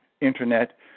Internet